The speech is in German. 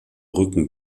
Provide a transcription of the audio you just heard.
rücken